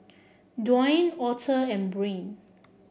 Dwayne Author and Brain